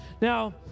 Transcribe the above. Now